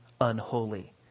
unholy